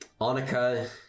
Annika